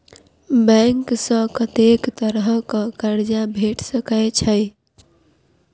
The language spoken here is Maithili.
बैंक सऽ कत्तेक तरह कऽ कर्जा भेट सकय छई?